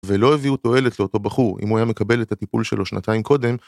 ולא הביאו תועלת לאותו בחור, אם הוא היה מקבל את הטיפול שלו שנתיים קודם,